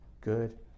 good